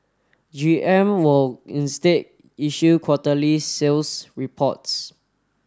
G M will instead issue quarterly sales reports